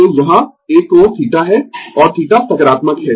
तो यहाँ एक कोण θ है और θ सकारात्मक है